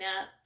up